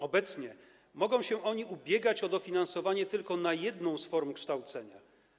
Obecnie mogą się oni ubiegać o dofinansowanie tylko na jedną z form kształcenia.